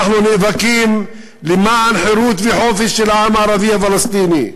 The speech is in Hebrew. אנחנו נאבקים למען חירות וחופש של העם הערבי הפלסטיני.